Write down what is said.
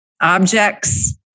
objects